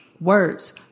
words